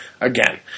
again